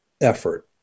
effort